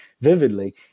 vividly